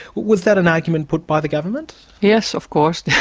was that an argument put by the government? yes, of course,